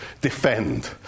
defend